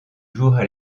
jouera